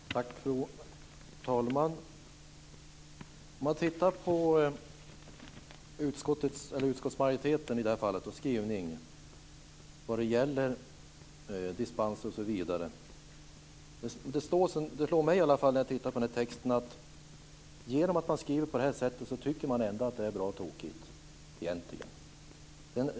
Fru talman! Om man tittar på utskottsmajoritetens skrivning när det gäller dispens osv. slår det mig när jag tittar på texten att genom att man skriver på detta sätt tycker man ändå att det är bra tokigt egentligen.